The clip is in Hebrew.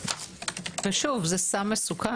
ושוב, זה סם מסוכן.